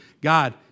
God